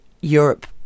Europe